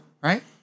right